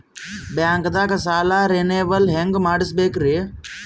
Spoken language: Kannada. ಬ್ಯಾಂಕ್ದಾಗ ಸಾಲ ರೇನೆವಲ್ ಹೆಂಗ್ ಮಾಡ್ಸಬೇಕರಿ?